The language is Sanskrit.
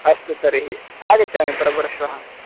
अस्तु तर्हि आगच्छामि प्रपरश्वः